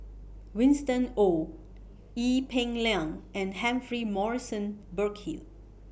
Winston Oh Ee Peng Liang and Humphrey Morrison Burkill